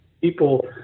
people